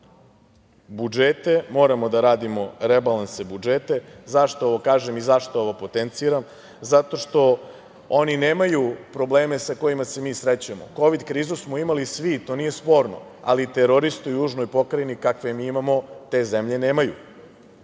budžete, moramo da radimo rebalanse budžeta. Zašto se ovo kažem i zašto ovo potenciram? Zato što oni nemaju probleme sa kojima se mi srećemo. Kovid krizu smo imali svi, to nije sporno, ali teroristu u južnoj pokrajini, kakve mi imamo, te zemlje nemaju.